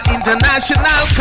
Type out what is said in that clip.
International